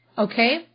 Okay